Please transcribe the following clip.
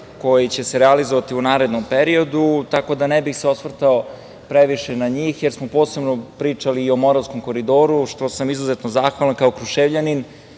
koji će se realizovati u narednom periodu, tako da se ne bih osvrtao previše na njih, jer smo posebno pričali i o Moravskom koridoru, na čemu sam izuzetno zahvalan, kao Kruševljanin,